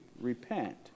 repent